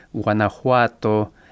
Guanajuato